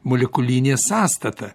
molekulinė sąstata